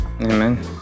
Amen